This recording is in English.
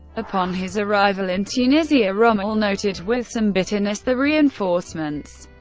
upon his arrival in tunisia, rommel noted with some bitterness the reinforcements,